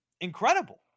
incredible